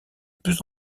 plus